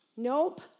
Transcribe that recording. Nope